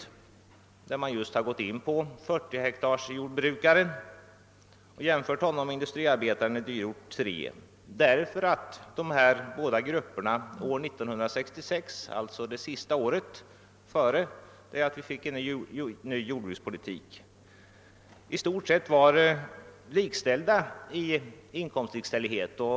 I detta material har man utgått från 40-hektarsjordbrukaren och jämfört honom med en industriarbetare i dyrort 3, eftersom dessa båda grupper år 1966, alltså sista året före den nya jordbrukspolitiken, i stort sett var likställda i inkomsthänseende.